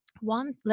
One